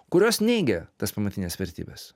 kurios neigia tas pamatines vertybes